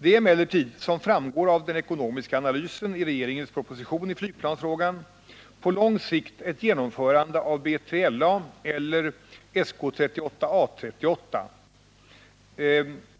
Det är emellertid, som framgår av den ekonomiska analysen i regeringens proposition i flygplansfrågan, på lång sikt som ett genomförande av B3LA eller A 38/SK 38